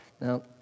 now